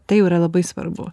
tai jau yra labai svarbu